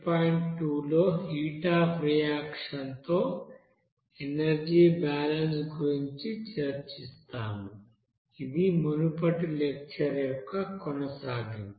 2 లో heat of reaction తో energy balance గురించి చర్చిస్తాము ఇది మునుపటి లెక్చర్ యొక్క కొనసాగింపు